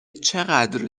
چقدر